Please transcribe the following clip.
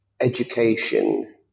education